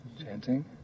Chanting